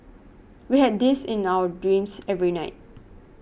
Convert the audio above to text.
we had this in our dreams every night